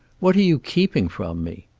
what are you keeping from me?